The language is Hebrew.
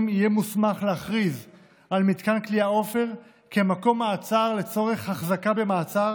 יהיה מוסמך להכריז על מתקן כליאה עופר כמקום מעצר לצורך החזקה במעצר